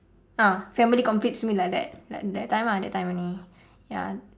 ah family completes me like that like that time ah that time only ya